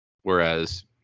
Whereas